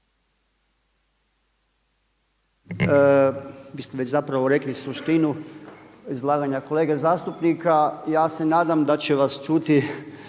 Vi ste zapravo već i rekli suštinu izlaganja kolega zastupnika, ja se nadam da će vas čuti